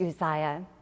Uzziah